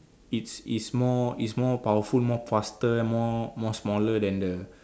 it's is more is more powerful more faster more smaller than the